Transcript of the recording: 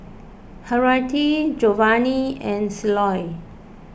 Henriette Jovani and Ceola